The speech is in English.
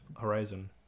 Horizon